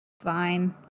fine